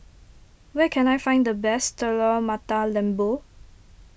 where can I find the best Telur Mata Lembu